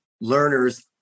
learners